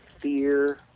fear